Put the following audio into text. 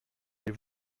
les